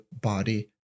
body